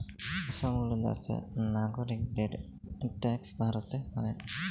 সব গুলা দ্যাশের লাগরিকদের ট্যাক্স ভরতে হ্যয়